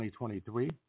2023